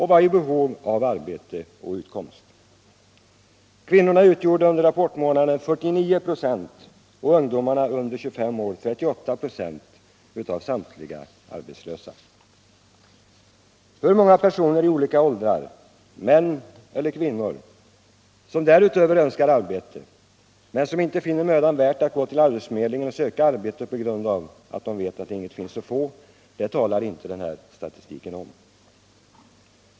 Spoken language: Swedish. Hur många personer i olika åldrar, män eller kvinnor, som därutöver önskar arbete men som inte finner det mödan värt att gå till arbetsförmedlingen och söka arbete på grund av att de vet att inget finns att få, det talar inte statistiken om.